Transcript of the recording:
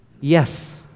Yes